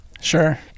sure